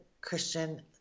Christian